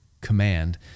command